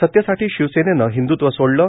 सतेसाठी शिवसेनेनं हिंदुत्व सोडलं